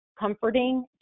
comforting